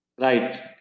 right